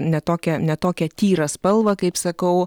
ne tokią ne tokią tyrą spalvą kaip sakau